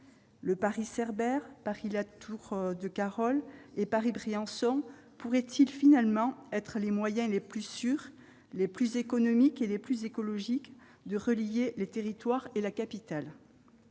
Le Paris-Cerbère, le Paris-Latour-de-Carol et le Paris-Briançon pourraient-ils finalement être les moyens les plus sûrs, les plus économiques et les plus écologiques de relier les territoires et la capitale ?